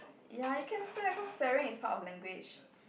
ya you can swear cause swearing is part of language